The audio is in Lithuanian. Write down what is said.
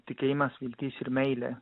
tikėjimas viltis ir meilė